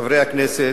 חברי הכנסת,